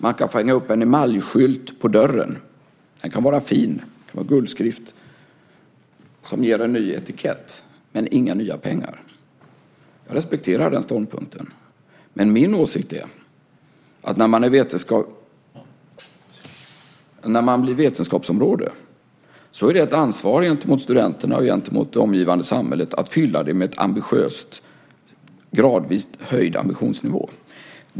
Man kan få hänga upp en emaljskylt på dörren. Den kan vara fin och ha guldskrift. Det ger en ny etikett. Men det blir inga nya pengar. Jag respekterar den ståndpunkten. Men min åsikt är att när man blir vetenskapsområde så är det ett ansvar gentemot studenterna och gentemot det omgivande samhället att fylla det med en gradvis höjd ambitionsnivå.